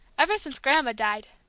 ever since grandma died.